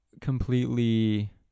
completely